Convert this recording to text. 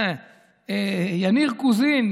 יניר קוזין,